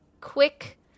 quick